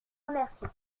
remercie